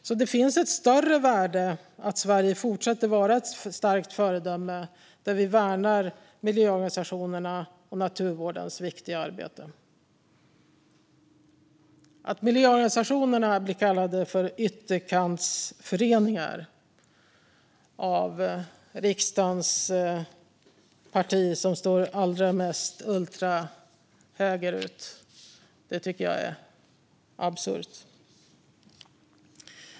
Så det finns ett större värde i att Sverige fortsätter att vara ett starkt föredöme där vi värnar miljöorganisationerna och naturvårdens viktiga arbete. Att miljöorganisationerna blir kallade för ytterkantsföreningar av riksdagens parti som är allra mest ultrahöger är absurt.